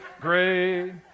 great